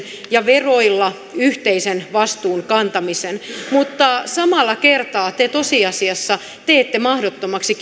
ja veroilla yhteisen vastuun kantamisen mutta samalla kertaa te tosiasiassa teette mahdottomaksi